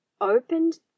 opened